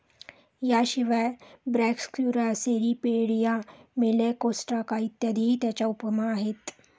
याशिवाय Brachyura, Cirripedia, Malacostraca इत्यादीही त्याच्या उपमा आहेत